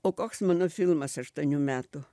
o koks mano filmas aštuonių metų